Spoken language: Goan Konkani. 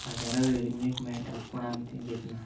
बाजाराक रेडीमेड मेळटा पूण आमी तें घेतना